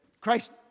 Christ